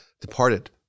departed